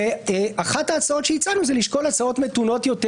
אחת ההצעות שהצענו היא לשקול הצעות מתונות יותר